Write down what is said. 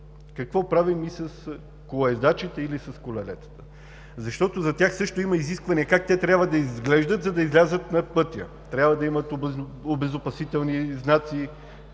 какво правим и с колоездачите или с колелетата? За тях също има изискване как трябва да изглеждат, за да излязат на пътя. Трябва да имат обезопасителни знаци